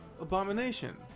Abomination